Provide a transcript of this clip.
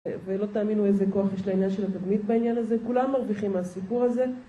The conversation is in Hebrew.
ולא תאמינו איזה כוח יש לעניין של תדמית בעניין הזה, כולם מרוויחים מהסיפור הזה